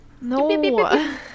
No